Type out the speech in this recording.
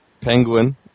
penguin